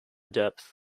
depth